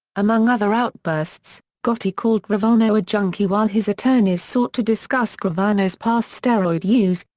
among other outbursts, gotti called gravano a junkie while his attorneys sought to discuss gravano's past steroid use,